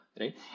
right